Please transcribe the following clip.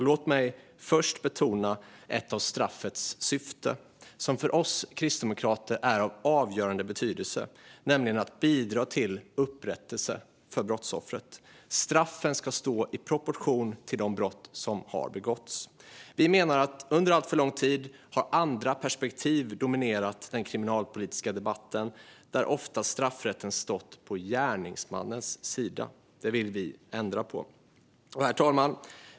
Låt mig först betona ett av straffets syften, som för oss kristdemokrater är av stor betydelse, nämligen att bidra till upprättelse för brottsoffret. Straffen ska stå i proportion till de brott som har begåtts. Vi menar att under alltför lång tid har andra perspektiv dominerat den kriminalpolitiska debatten. Ofta har straffrätten stått på gärningsmannens sida. Det vill vi ändra på. Herr talman!